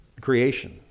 creation